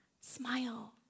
smile